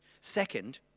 Second